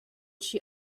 she